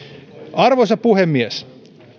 arvoisa puhemies